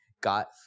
got